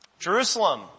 Jerusalem